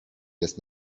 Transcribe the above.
jest